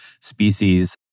species